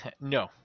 No